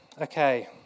okay